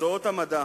מקצועות המדע,